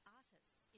artists